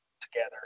together